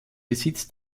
besitz